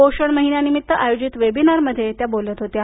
पोषण महिन्यानिमित्त आयोजित वेबिनार मध्ये आज त्या बोलत होत्या